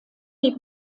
die